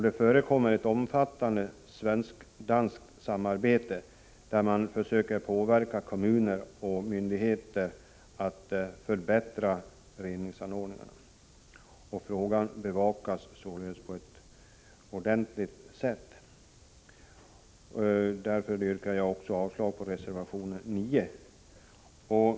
Det förekommer ett omfattande svenskt-danskt samarbete, där man försöker påverka kommuner och myndigheter för att förbättra reningsanordningarna. Frågan bevakas således på ett ordentligt sätt. Därför yrkar jag också avslag på reservation 9.